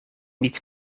niet